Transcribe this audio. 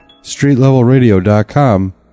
streetlevelradio.com